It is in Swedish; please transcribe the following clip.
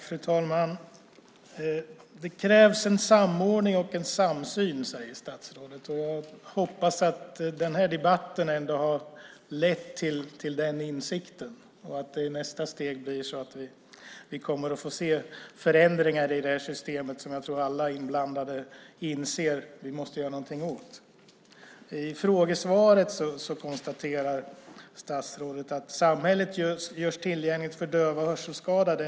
Fru talman! Det krävs en samordning och samsyn, säger statsrådet. Jag hoppas att den här debatten ändå har lett till den insikten och att nästa steg blir att vi får se förändringar i systemet. Alla inblandade inser nog att vi måste göra något åt det. I sitt frågesvar konstaterade statsrådet att det är en viktig fråga att samhället görs tillgängligt för döva och hörselskadade.